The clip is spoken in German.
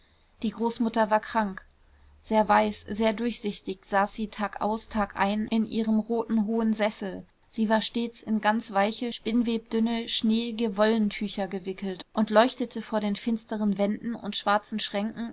die großmutter war krank sehr weiß sehr durchsichtig saß sie tagaus tagein in ihrem roten hohen sessel sie war stets in ganz weiche spinnwebdünne schneeige wollentücher gewickelt und leuchtete vor den finsteren wänden und schwarzen schränken